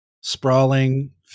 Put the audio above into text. sprawling